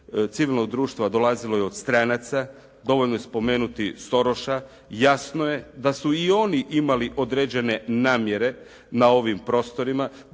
civilnog društva dolazilo je od stranaca. Dovoljno je spomenuti Soroša. Jasno je da su i oni imali određene namjere na ovim prostorima,